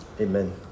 Amen